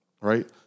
Right